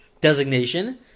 designation